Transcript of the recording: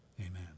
Amen